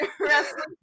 wrestling